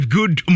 Good